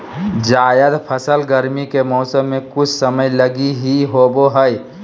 जायद फसल गरमी के मौसम मे कुछ समय लगी ही होवो हय